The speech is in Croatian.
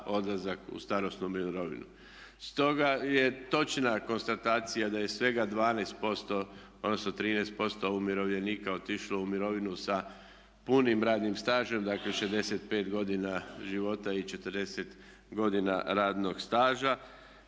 odlazak u starosnu mirovinu. Stoga je točna konstatacija da je svega 12% odnosno 13% umirovljenika otišlo u mirovinu sa punim radnim stažem, dakle 65 godina života i 40 godina radnog staža